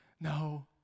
No